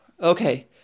Okay